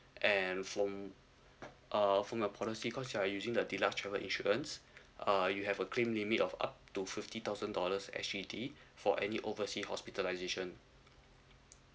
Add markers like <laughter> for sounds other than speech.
and from uh from a policy because you are using the deluxe travel insurance <breath> uh you have a claim limit of up to fifty thousand dollars S_C_D for any overseas hospitalisation